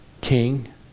king